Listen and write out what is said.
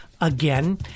again